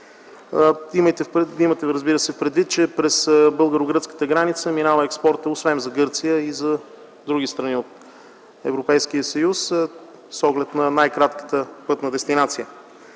да се има предвид, че през българо гръцката граница минава експортът освен за Гърция и за други страни от Европейския съюз с оглед на най кратката пътна дестинация.